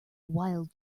wild